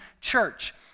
church